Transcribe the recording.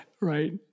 Right